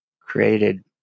created